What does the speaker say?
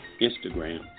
Instagram